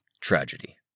Tragedy